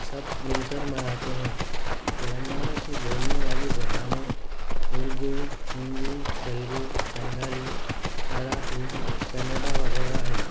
سب مل کر مناتے ہیں تلنگانہ کی بولنے والی زبانیں اردو ہندی تیلگو بنگالی مراٹھی کنیڈا وغیرہ ہے